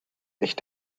ich